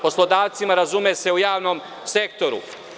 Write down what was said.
Poslodavcima, razume se, u javnom sektoru.